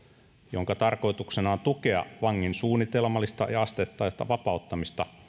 jonka tarkoituksena on tukea vangin suunnitelmallista ja asteittaista vapauttamista